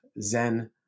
Zen